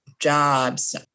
jobs